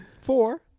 four